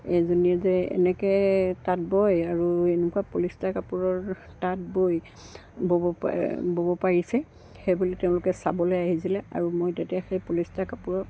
এইজনীয়ে যে এনেকৈ তাঁত বয় আৰু এনেকুৱা পলিষ্টাৰ কাপোৰৰ তাঁত বৈ ব'ব পাৰে ব'ব পাৰিছে সেইবুলি তেওঁলোকে চাবলৈ আহিছিলে আৰু মই তেতিয়া সেই পলিষ্টাৰ কাপোৰক